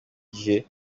gihe